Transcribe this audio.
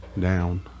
Down